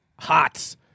Hots